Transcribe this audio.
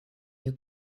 you